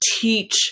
teach